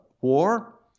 war